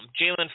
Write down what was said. Jalen